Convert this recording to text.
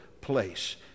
place